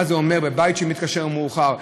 מה זה אומר בבית כשמתקשרים מאוחר.